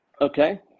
Okay